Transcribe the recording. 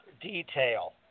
detail